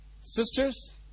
Sisters